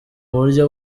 buryo